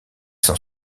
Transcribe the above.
sont